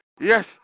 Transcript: Yes